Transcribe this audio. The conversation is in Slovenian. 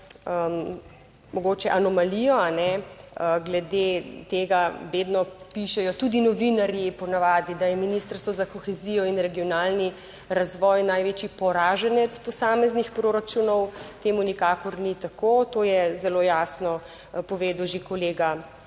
mogoče anomalijo, glede tega vedno pišejo tudi novinarji, po navadi, da je ministrstvo za kohezijo in regionalni razvoj največji poraženec posameznih proračunov, temu nikakor ni tako, to je zelo jasno povedal že kolega